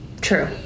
True